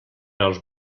els